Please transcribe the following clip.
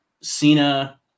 Cena